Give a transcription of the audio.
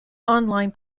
online